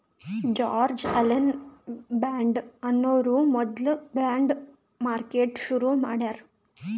George Alan Bond ಅನ್ನೋರು ಮೊದ್ಲ bond market ಶುರು ಮಾಡ್ಯಾರ್